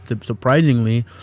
surprisingly